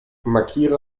markiere